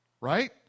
right